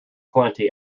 plenty